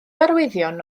arwyddion